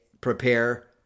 prepare